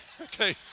Okay